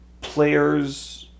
players